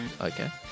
Okay